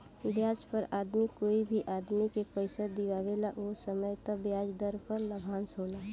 ब्याज पर आदमी कोई भी आदमी के पइसा दिआवेला ओ समय तय ब्याज दर पर लाभांश होला